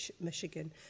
michigan